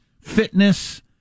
Fitness